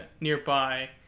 nearby